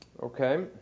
Okay